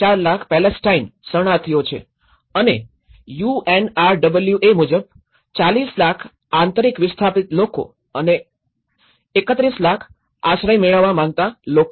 ૪ lakh Palestine શરણાર્થીઓ છે અને યુએનઆરડબલ્યુએ મુજબ ૪૦ લાખ આંતરિક વિસ્થાપિત લોકો અને ૩૧ લાખ આશ્રય મેળવવા માંગતા લોકો